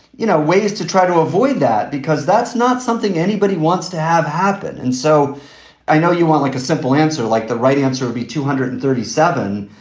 you know, ways to try to avoid that, because that's not something anybody wants to have happen. and so i know you want, like, a simple answer, like the right answer would be two hundred and thirty seven.